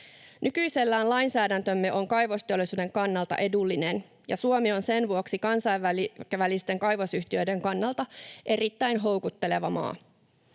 Nykyisellään lainsäädäntömme on kaivosteollisuuden kannalta edullinen, ja Suomi on sen vuoksi kansainvälisten kaivosyhtiöiden kannalta erittäin houkutteleva maa.